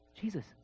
Jesus